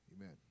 Amen